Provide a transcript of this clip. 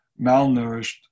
malnourished